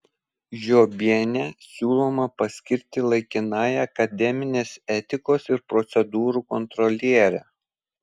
žiobienę siūloma paskirti laikinąja akademinės etikos ir procedūrų kontroliere